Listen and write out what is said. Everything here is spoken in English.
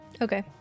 Okay